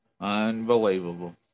Unbelievable